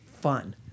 fun